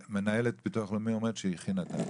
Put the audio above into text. מנכ"לית ביטוח לאומי אומרת שהיא הכינה את ההצעה.